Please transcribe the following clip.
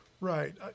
right